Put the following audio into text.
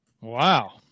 Wow